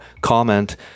comment